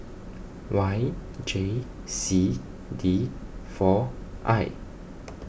Y J C D four I